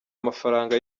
amafaranga